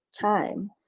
time